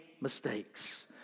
mistakes